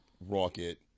Rocket